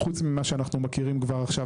חוץ ממה שאנחנו מכירים כבר עכשיו